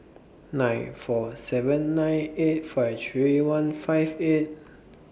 nine four seven nine eight five three one five eight